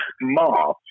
Ma